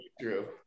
true